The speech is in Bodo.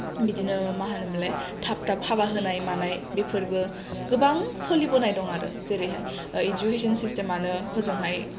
बिदिनो मा होनोमोनलाय थाब थाब हाबा होनायमानाय बेफोरबो गोबां सलिबोनाय दं आरो जेरैहाय इडुकेसन सिस्टेमानो हजोंहाय